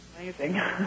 Amazing